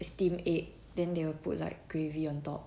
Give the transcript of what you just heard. steamed egg then they will put like gravy on top